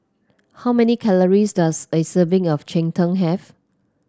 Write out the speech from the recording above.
how many calories does a serving of Cheng Tng have